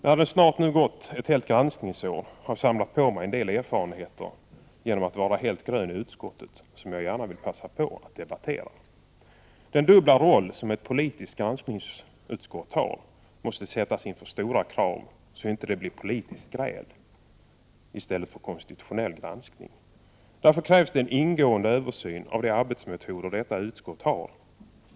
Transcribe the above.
Efter snart ett granskningsår i utskottet har jag som helt grön samlat på mig en del erfarenheter som jag vill passa på att debattera. Man måste ställa stora krav på den dubbla roll som ett politiskt granskningsutskott har, så att det inte blir politiskt gräl i stället för konstitutionell granskning. Därför krävs en ingående översyn av konstitutionsutskottets arbetsmetoder.